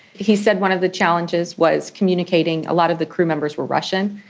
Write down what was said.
he said one of the challenges was communicating. a lot of the crew members were russian,